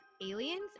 aliens